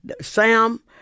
Sam